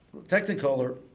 technicolor